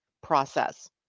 process